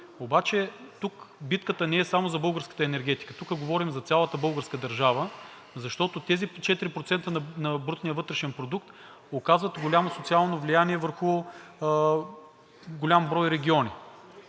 Обаче тук битката не е само за българската енергетика. Тук говорим за цялата българска държава, защото тези 4% на брутния вътрешен продукт оказват голямо социално влияние върху голям брой региони